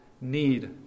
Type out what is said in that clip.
need